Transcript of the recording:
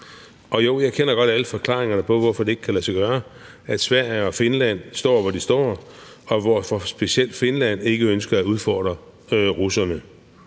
Og jo, jeg kender godt alle forklaringerne på, hvorfor det ikke kan lade sig gøre: At Sverige og Finland står, hvor de står, og at specielt Finland ikke ønsker at udfordre russerne.